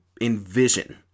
envision